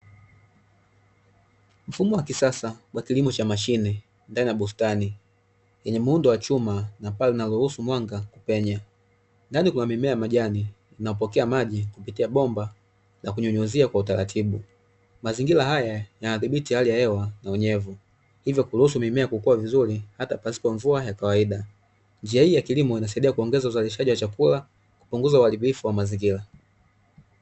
Mfumo wa kisasa wa kilimo cha mashine ndani ya bustani yenye muundo wa chuma na paa linaloruhusu mwanga kupenya, ndani kuna mimea ya majani mnapokea maji kupitia bomba na kunyunyuzia kwa utaratibu. Mazingira haya yanadhibiti hali ya hewa na unyevu, hivyo kuruhusu mimea kukua vizuri hata pasipo mvua ya kawaida. Njia hii ya kilimo inasaidia kuongeza uzalishaji wa chakula kupunguza uharibifu wa mazingira.